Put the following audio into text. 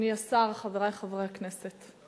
אדוני השר, חברי חברי הכנסת,